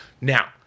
Now